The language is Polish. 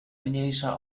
mniejsza